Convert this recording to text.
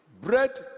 Bread